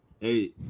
Hey